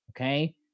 okay